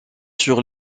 sur